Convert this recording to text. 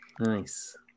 Nice